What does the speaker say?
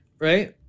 Right